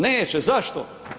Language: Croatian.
Neće, zašto?